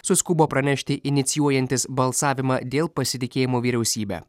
suskubo pranešti inicijuojantis balsavimą dėl pasitikėjimo vyriausybe